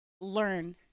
learn